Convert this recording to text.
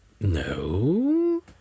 No